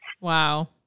Wow